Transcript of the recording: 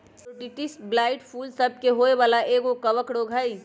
Botrytis blight फूल सभ के होय वला एगो कवक रोग हइ